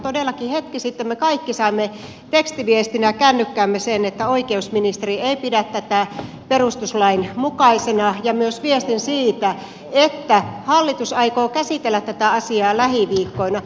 todellakin hetki sitten me kaikki saimme tekstiviestinä kännykkäämme sen että oikeusministeri ei pidä tätä perustuslain mukaisena ja myös viestin siitä että hallitus aikoo käsitellä tätä asiaa lähiviikkoina